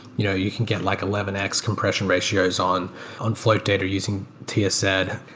you know you can get like eleven x compression ratios on on float data or using ts ed.